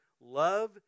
Love